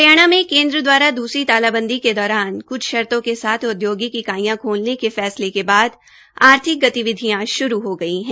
हरियाणा में केन्द्र द्वारा दूसरी तालाबंदी के दौरान कुछ शर्तो के साथ औद्योगिक इकाइयां खोलने के फैसले के बाद आर्थिक गतिविधियां श्रू हो गई है